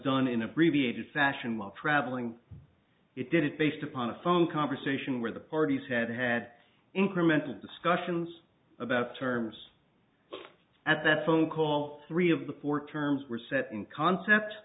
done in abbreviated fashion while traveling it did it based upon a phone conversation where the parties had had incremental discussions about terms at that phone call three of the four terms were set in concept